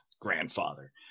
grandfather